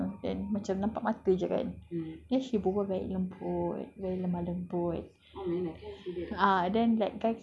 dia pakai niqab and then she's very young then macam nampak mata jer kan then she berbual very lembut very lemah lembut